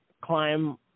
climb